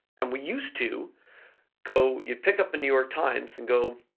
and we used to go, you'd pick up a new york times and go,